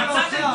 מצאתם טריק.